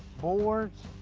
boards,